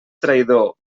traïdor